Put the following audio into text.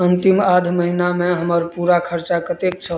अंतिम आध महीनामे हमर पूरा खर्चा कतेक छै